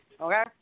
Okay